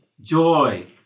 joy